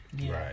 Right